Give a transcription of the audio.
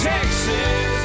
Texas